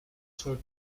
told